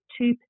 two